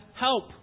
help